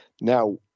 Now